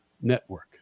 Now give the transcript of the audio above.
Network